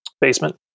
basement